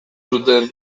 zuten